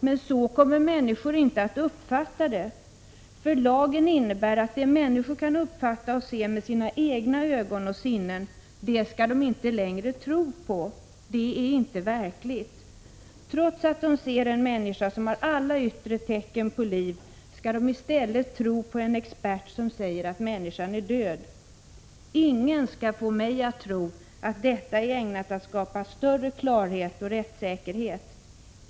Men så kommer människor inte att uppfatta det, för lagen innebär att det människor kan se med sina egna ögon och uppfatta med sina egna sinnen skall de inte längre tro på. Det är inte verkligt. Trots att de ser en människa som har alla yttre tecken på liv skall de i stället tro på en expert som säger att människan är död. Ingen skall få mig att tro att detta är ägnat att skapa större klarhet och rättssäkerhet.